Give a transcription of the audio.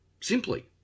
simply